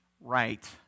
right